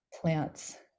plants